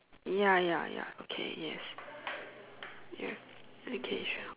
ya ya ya okay yes ya okay sure